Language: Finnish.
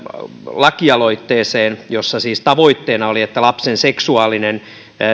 lakialoitteeseen jossa siis tavoitteena oli että lapsen seksuaalinen